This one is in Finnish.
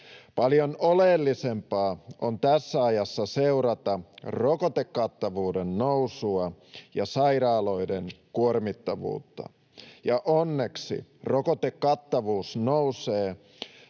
Paljon oleellisempaa on tässä ajassa seurata rokotekattavuuden nousua ja sairaaloiden kuormittuneisuutta. Ja onneksi rokotekattavuus nousee